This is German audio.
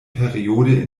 periode